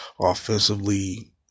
offensively